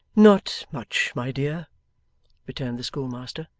not much, my dear returned the schoolmaster.